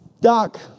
Doc